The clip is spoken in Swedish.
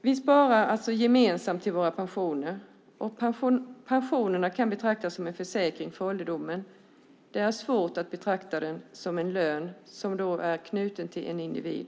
Vi sparar alltså gemensamt till våra pensioner, och pensionen kan betraktas som en försäkring på ålderdomen. Det är svårt att betrakta den som en lön som då är knuten till en individ.